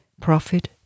profit